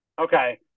Okay